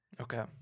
Okay